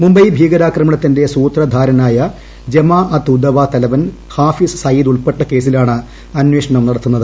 മുംബൈ ഭീകരാക്രമണത്തിന്റെ സൂത്രധാരനായ ജമാ അത്ത് ഉദ് ദവ്വാ തലവൻ ഹാഫിസ് സയ്യിദ് ഉൾപ്പെട്ട കേസിലാണ് അന്വേഷണം നടത്തുന്നത്